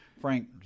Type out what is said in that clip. Frank